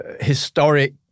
historic